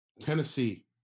Tennessee